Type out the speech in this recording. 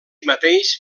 mateix